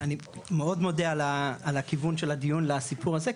אני מאוד מודה על הכיוון של הדיון לסיפור הזה,